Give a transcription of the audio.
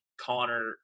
Connor